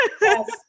Yes